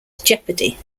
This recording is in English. jeopardy